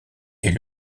est